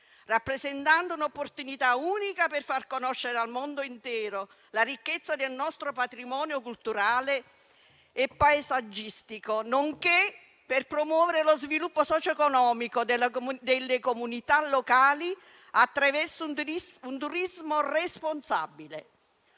rappresentando un'opportunità unica per far conoscere al mondo intero la ricchezza del nostro patrimonio culturale e paesaggistico, nonché per promuovere lo sviluppo socioeconomico delle comunità locali attraverso un turismo responsabile,